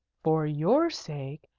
for your sake?